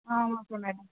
okay madam